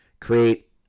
create